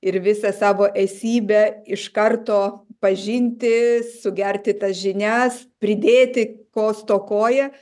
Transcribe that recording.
ir visą savo esybę iš karto pažinti sugerti tas žinias pridėti ko stokoja